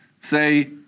Say